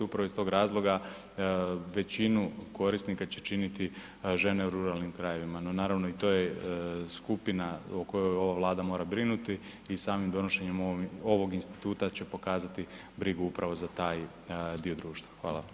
Upravo iz tog razloga većinu korisnika će činiti žene u ruralnim krajevima, no naravno i to je skupina o kojoj ova Vlada mora brinuti i samim donošenjem ovog instituta će pokazati brigu upravo za taj dio društva.